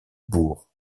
bourg